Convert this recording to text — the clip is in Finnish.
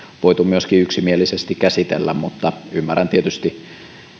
voitu myöskin yksimielisesti käsitellä mutta ymmärrän tietysti